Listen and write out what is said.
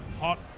hot